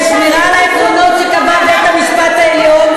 שמירה על העקרונות שקבע בית-המשפט העליון.